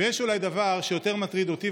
ויש אולי דבר שיותר מטריד אותי,